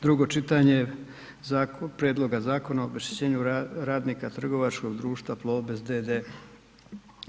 Drugo čitanje Prijedloga Zakona o obeštećenju radnika trgovačkog društva Plobest d.d.